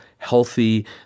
healthy